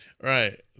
right